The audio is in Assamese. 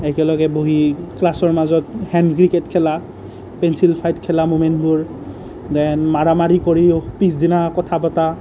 একেলগে বহি ক্লাছৰ মাজত হেণ্ড ক্ৰিকেট খেলা পেঞ্চিল ফাইট খেলা ম'মেণ্টবোৰ ডেন মাৰা মাৰি কৰিও পিছ দিনা কথা পতা